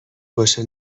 باشه